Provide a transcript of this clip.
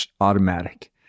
automatic